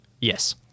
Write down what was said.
Yes